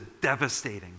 devastating